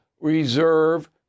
reserve